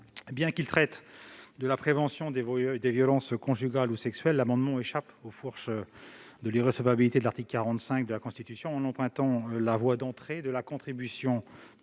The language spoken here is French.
bien qu'il ait pour objet la prévention des violences conjugales ou sexuelles, il échappe aux « fourches » de l'irrecevabilité au titre de l'article 45 de la Constitution en empruntant la voie d'entrée de la contribution